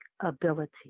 ability